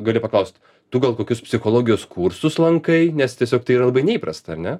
gali paklaust tu gal kokius psichologijos kursus lankai nes tiesiog tai yra labai neįprasta ar ne